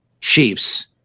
chiefs